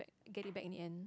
get it back in the end